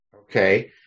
Okay